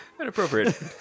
Inappropriate